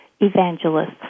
evangelists